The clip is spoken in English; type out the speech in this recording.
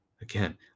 Again